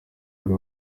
bari